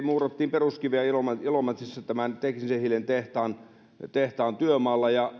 muurattiin peruskiveä ilomantsissa teknisen hiilen tehtaan tehtaan työmaalla ja